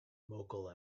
mughal